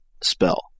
spell